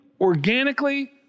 organically